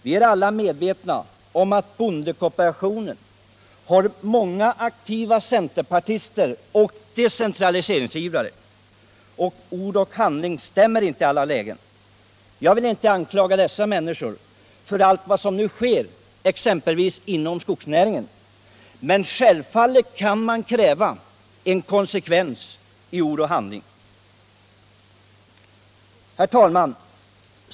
Vi är alla medvetna om att bondekooperationen har många aktiva centerpartister och decentraliseringsivrare. Ord och handling stämmer inte i alla lägen. Jag vill inte anklaga dessa människor för allt vad som nu sker, exempelvis inom skogsnäringen, men självfallet kan man kräva en konsekvens i ord och handling. Herr talman!